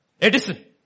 Edison